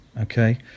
okay